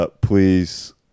please